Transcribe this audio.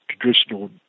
traditional